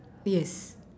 yes